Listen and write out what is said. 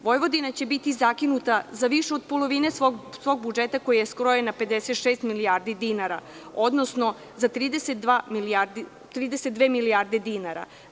Vojvodina će biti zakinuta za više od polovine svog budžeta koji je skrojen na 56 milijardi dinara, odnosno za 32 milijarde dinara.